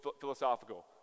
philosophical